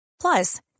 Plus